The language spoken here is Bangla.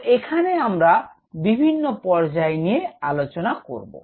তো এখানে আমরা বিভিন্ন পর্যায় নিয়ে আলোচনা করব